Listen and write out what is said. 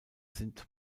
sind